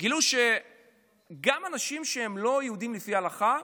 גילו שגם אנשים שהם לא יהודים לפי ההלכה,